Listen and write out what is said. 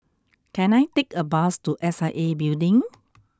can I take a bus to S I A Building